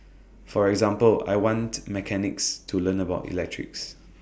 for example I want mechanics to learn about electrics